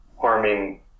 harming